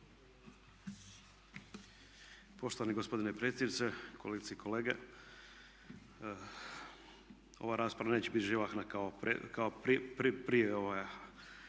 Poštovani gospodine predsjedniče, kolegice i kolege. Ova rasprava neće biti živahna kao prije ova,